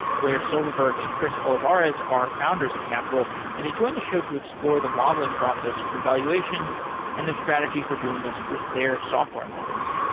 blair silverberg and chris olivares are founders of capital and they join the show to explore the modeling process for valuations and their strategy for doing this with their software models.